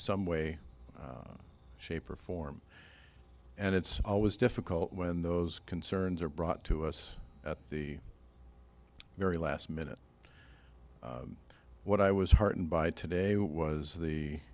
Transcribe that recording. some way shape or form and it's always difficult when those concerns are brought to us at the very last minute what i was heartened by today was the